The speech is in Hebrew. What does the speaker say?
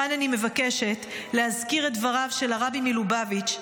כאן אני מבקשת להזכיר את דבריו הרבי מלובביץ'